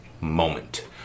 Moment